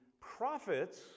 prophets